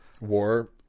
war